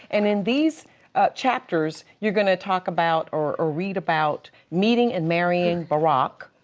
and in these chapters, you're gonna talk about or or read about meeting and marrying barack.